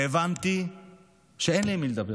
והבנתי שאין לי עם מי לדבר,